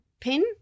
pin